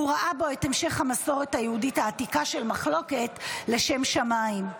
הוא ראה בו את המשך המסורת היהודית העתיקה של מחלוקת לשם שמיים.